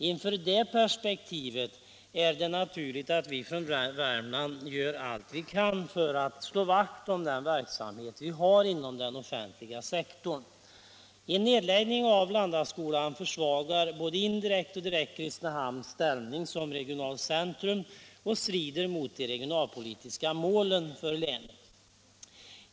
Inför det perspektivet är det naturligt att vi från Värmland gör allt vi kan för att slå vakt om den verksamhet som vi har inom den offentliga sektorn. En nedläggning av Landaskolan försvagar både indirekt och direkt Kristinehamns ställning som regionalt centrum och strider mot de regionalpolitiska målen för länet.